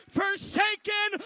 forsaken